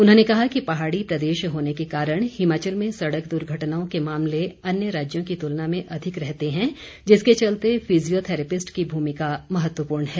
उन्होंने कहा कि पहाड़ी प्रदेश होने के कारण हिमाचल में सड़क दुर्घटनाओं के मामले अन्य राज्यों की तुलना में अधिक रहते हैं जिसके चलते फिजियोथैरेपिस्ट की भूमिका महत्वपूर्ण है